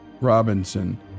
Robinson